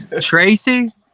Tracy